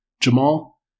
Jamal